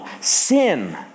sin